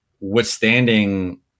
withstanding